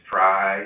Try